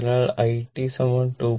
അതിനാൽ i 2